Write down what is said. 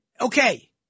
okay